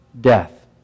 death